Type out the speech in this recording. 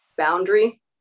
Boundary